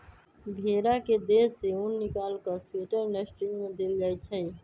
भेड़ा के देह से उन् निकाल कऽ स्वेटर इंडस्ट्री में देल जाइ छइ